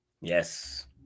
Yes